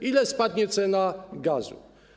O ile spadnie cena gazu?